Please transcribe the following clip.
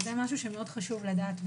זה חשוב לדעת.